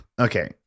Okay